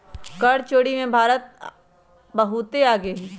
कर चोरी में भारत बहुत आगे हई